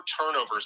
turnovers